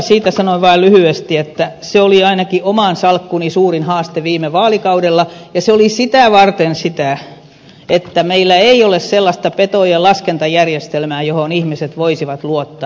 siitä sanon vain lyhyesti että se oli ainakin oman salkkuni suurin haaste viime vaalikaudella ja se oli sitä varten sitä että meillä ei ole sellaista petojen laskentajärjestelmää johon ihmiset voisivat luottaa